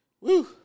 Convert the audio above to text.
Woo